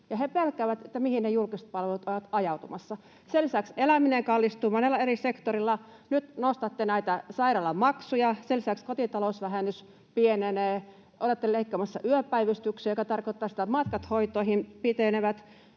he pelkäävät, mihin ne julkiset palvelut ovat ajautumassa. Sen lisäksi eläminen kallistuu monella eri sektorilla, nyt nostatte näitä sairaalamaksuja, sen lisäksi kotitalousvähennys pienenee, ja olette leikkaamassa yöpäivystyksiä, joka tarkoittaa sitä, että matkat hoitoihin pitenevät.